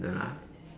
no lah